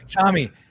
Tommy